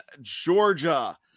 georgia